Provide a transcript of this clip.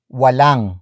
walang